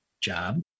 job